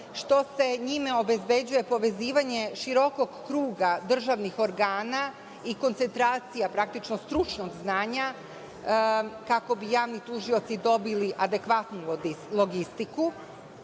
što se njime obezbeđuje povezivanje širokog kruga državnih organa i koncentracija, praktično, stručnog znanja, kako bi javni tužioci dobili adekvatnu logistiku.